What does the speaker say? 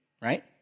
right